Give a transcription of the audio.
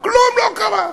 כלום לא קרה.